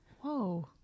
Whoa